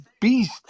beast